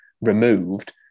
removed